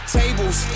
tables